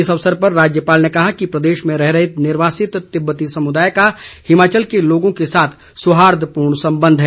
इस अवसर पर राज्यपाल ने कहा कि प्रदेश में रह रहे निर्वासित तिब्बती समुदाय का हिमाचल के लोगों के साथ सौहार्दपूर्ण संबंध है